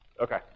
Okay